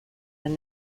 and